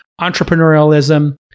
entrepreneurialism